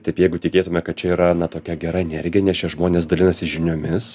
taip jeigu tikėtume kad čia yra na tokia gera energija nes čia žmonės dalinasi žiniomis